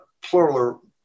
plural